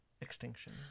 Extinction